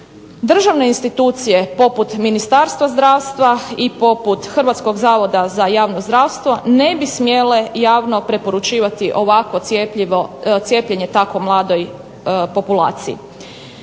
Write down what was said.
državne institucije poput Ministarstva zdravstva i poput Hrvatskog zavoda za javno zdravstvo ne bi smjele javno preporučivati ovakvo cijepljenje tako mladoj populaciji.